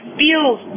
feels